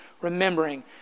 remembering